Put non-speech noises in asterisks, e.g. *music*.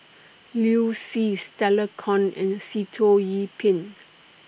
Liu Si Stella Kon and Sitoh Yih Pin *noise*